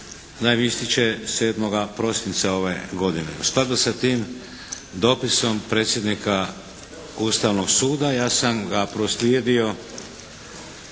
ističe 7. prosinca ove godine. U skladu sa tim dopisom predsjednika Ustavnog suda ja sam ga proslijedio